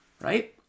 right